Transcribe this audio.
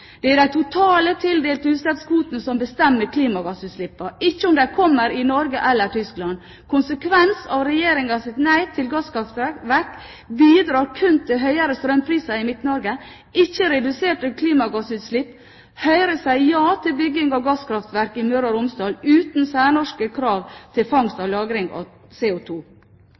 Det er de totale tildelte utslippskvotene som bestemmer klimagassutslippene, ikke om de kommer i Norge eller i Tyskland. Regjeringens nei til gasskraftverk bidrar kun til høyere strømpriser i Midt-Norge, ikke til reduserte klimagassutslipp. Høyre sier ja til bygging av gasskraftverk i Møre og Romsdal, uten særnorske krav til fangst og lagring av